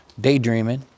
daydreaming